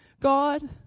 God